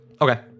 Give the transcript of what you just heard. Okay